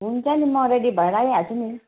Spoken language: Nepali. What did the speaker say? हुन्छ नि म रेडी भएर आइहाल्छु नि